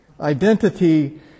Identity